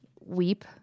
weep